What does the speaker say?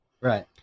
Right